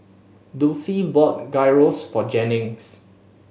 Dulcie bought Gyros for Jennings